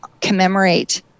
commemorate